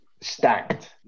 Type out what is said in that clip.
stacked